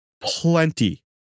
plenty